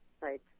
Right